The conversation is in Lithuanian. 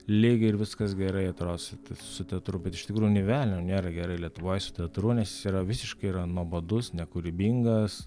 lyg ir viskas gerai atrodo su t su teatru bet iš tikrųjų nė velnio nėra gerai lietuvoj su teatru nes jis yra visiškai yra nuobodus nekūrybingas